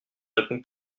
répond